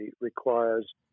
requires